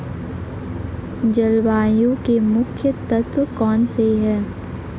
जलवायु के मुख्य तत्व कौनसे हैं?